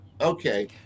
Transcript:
Okay